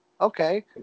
Okay